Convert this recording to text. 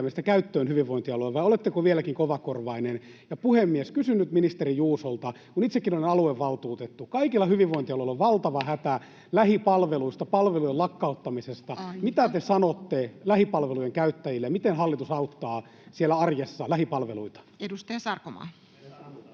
käyttöön hyvinvointialueilla vai oletteko vieläkin kovakorvainen? Puhemies! Kysyn nyt ministeri Juusolta aluevaltuutettuna: kun kaikilla hyvinvointialueilla on valtava hätä lähipalveluista, palvelujen lakkauttamisesta, niin [Puhemies: Aika!] mitä te sanotte lähipalvelujen käyttäjille — miten hallitus auttaa siellä arjessa lähipalveluita? [Ben Zyskowiczin